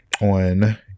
on